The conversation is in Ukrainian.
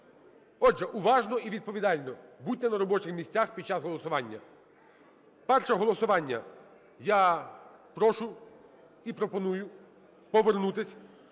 Отже, уважно і відповідально. Будьте на робочих місцях під час голосування. Перше голосування. Я прошу і пропоную повернутись